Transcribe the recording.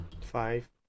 Five